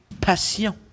Passion